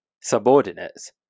subordinates